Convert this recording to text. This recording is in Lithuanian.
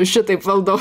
šitaip valdau